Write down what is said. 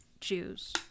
jews